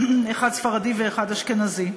אחד ספרדי ואחד אשכנזי.